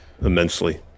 immensely